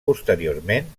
posteriorment